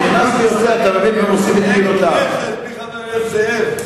הוא נכנס ויוצא, אין כנסת בלי חבר הכנסת זאב.